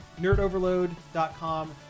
nerdoverload.com